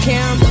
Kim